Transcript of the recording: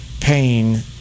pain